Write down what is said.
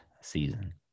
season